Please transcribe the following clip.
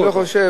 אני לא חושב,